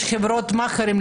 יש כל מיני חברות של מאכרים.